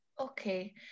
okay